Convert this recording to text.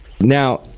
Now